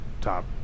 top